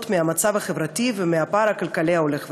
מהמצב החברתי ומהפער הכלכלי ההולך וגדל.